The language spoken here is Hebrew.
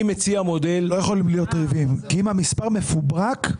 לא יכולות להיות מריבות כי אם המספר מפוברק,